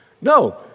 no